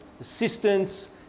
assistance